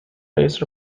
based